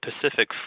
Pacific